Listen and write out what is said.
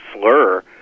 slur